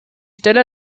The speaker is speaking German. stellte